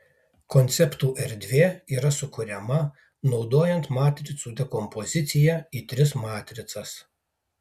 konceptų erdvė yra sukuriama naudojant matricų dekompoziciją į tris matricas